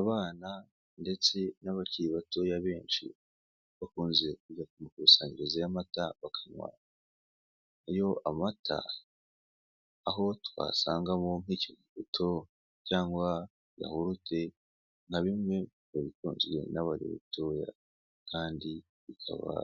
Abana ndetse n'abakiri batoya benshi bakunze kujya ku makusanyirizo y'amata bakanywayo amata, aho twasangamo nk'ikivuguto cyangwa yahurute na bimwe mu bikundwa n'abana batoye kandi bikaba